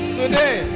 today